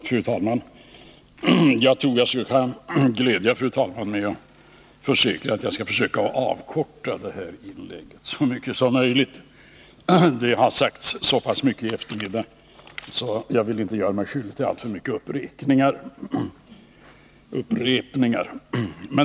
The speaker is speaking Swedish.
Fru talman! Jag tror jag kan glädja fru talmannen med en försäkran att jag skall försöka avkorta mitt inlägg så mycket som möjligt. Det har sagts så mycket redan att jag inte vill göra mig skyldig till alltför mycket upprepning.